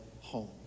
home